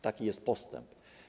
Taki jest postęp.